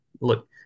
look